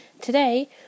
Today